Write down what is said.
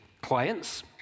clients